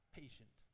patient